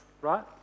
right